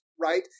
right